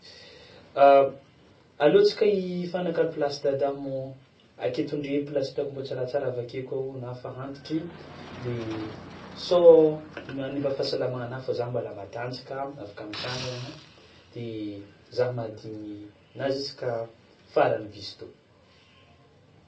Alô tsika ifanakalo plasy dada mô, aketo ndre plasy hitako mbô tsaratsara avy ake koa anà efa antitry de sao manimba fahasalamanà fa za mbôla matanjaka afaka mitsangagna de zaho mahadigny na juska faran'ny bus to.